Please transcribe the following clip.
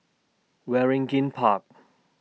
Waringin Park